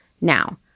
Now